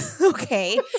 okay